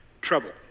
trouble